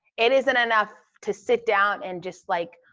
it isn't enough to sit down and just, like,